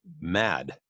mad